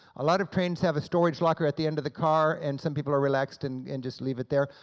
a lot of trains have a storage locker at the end of the car and some people are relaxed and and just leave it there.